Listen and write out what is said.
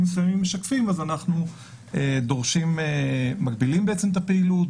מסוימים משתפים אנחנו מגבילים את הפעילות,